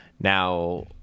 now